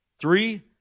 three